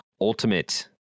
Ultimate